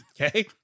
Okay